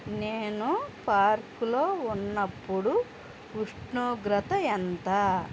నేను పార్క్లో ఉన్నప్పుడు ఉష్ణోగ్రత ఎంత